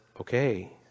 okay